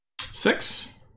Six